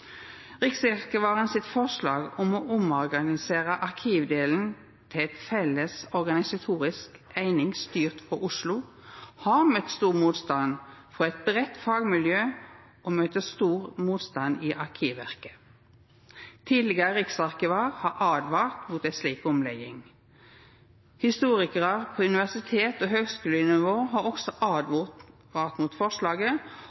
om å omorganisera arkivdelen til ei felles organisatorisk eining styrt frå Oslo har møtt stor motstand frå eit breitt fagmiljø og møter stor motstand i Arkivverket. Den tidlegare riksarkivaren har åtvara mot ei slik omlegging. Historikarar på universitets- og høgskulenivå har også